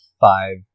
five